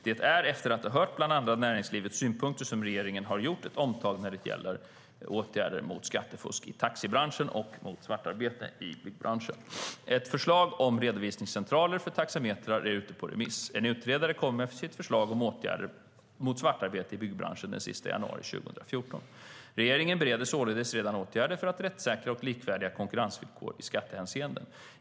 Det är efter att ha hört bland andra näringslivets synpunkter som regeringen har gjort ett omtag när det gäller åtgärder mot skattefusk i taxibranschen och mot svartarbete i byggbranschen. Ett förslag om redovisningscentraler för taxametrar är ute på remiss. En utredare kommer med sitt förslag om åtgärder mot svartarbete i byggbranschen den 31 januari 2014. Regeringen bereder således redan åtgärder för rättssäkra och likvärdiga konkurrensvillkor i skattehänseende.